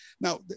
Now